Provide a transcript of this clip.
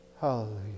Hallelujah